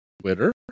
Twitter